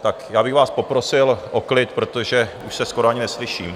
Tak já bych vás poprosil o klid, protože už se skoro ani neslyším.